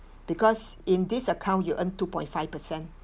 because in this account you earn two point five per cent